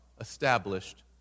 established